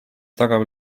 tagab